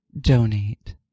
donate